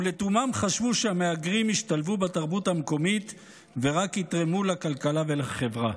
ולתומם חשבו שהמהגרים ישתלבו בתרבות המקומית ורק יתרמו לכלכלה ולחברה.